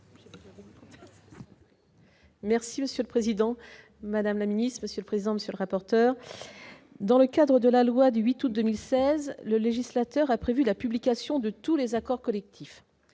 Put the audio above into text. Merci Monsieur le Président, Madame la Ministre, Monsieur le président, monsieur le rapporteur, dans le cadre de la loi du 8 août 2016, le législateur a prévu la publication de tous les accords collectifs,